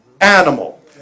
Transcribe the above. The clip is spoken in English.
animal